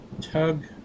Tug